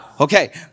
okay